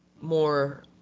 more